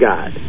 God